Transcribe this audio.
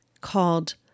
called